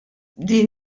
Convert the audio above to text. din